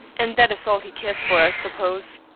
and that is all he cares for i suppose.